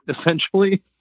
essentially